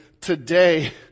today